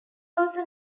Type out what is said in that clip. also